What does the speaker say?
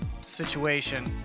situation